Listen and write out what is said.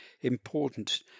important